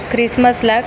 ख्रिसमसला